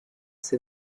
c’est